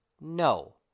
No